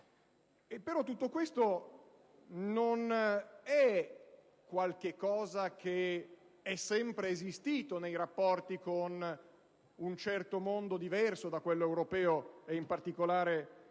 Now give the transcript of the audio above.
tutto questo non è qualcosa che è sempre esistito nei rapporti con un certo mondo diverso da quello europeo, in particolare quello